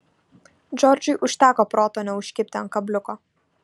džordžui užteko proto neužkibti ant kabliuko